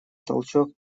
толчок